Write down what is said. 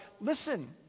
listen